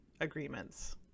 agreements